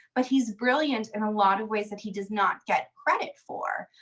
but he's brilliant in a lot of ways that he does not get credit for,